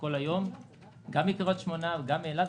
כל היום גם מקריית שמונה וגם מאילת,